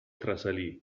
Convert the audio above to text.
trasalì